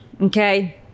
Okay